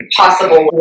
possible